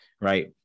right